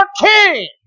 king